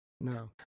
No